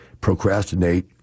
procrastinate